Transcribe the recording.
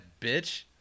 bitch